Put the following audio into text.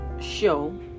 show